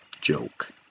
joke